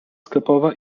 sklepowa